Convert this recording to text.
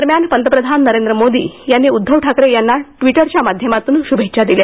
दरम्यान पंतप्रधान नरेंद्र मोदी यांनी उद्वव ठाकरे यांना ट्विटच्या माध्यमातून श्भेच्छा दिल्या